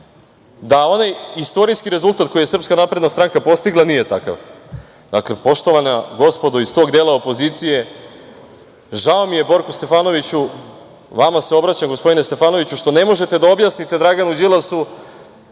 da onaj istorijski rezultat koji je SNS postigla nije takav. Dakle, poštovana gospodo iz tog dela opozicije, žao mi je Borko Stefanoviću, vama se obraćam gospodine Stefanoviću, što ne možete da objasnite Draganu Đilasu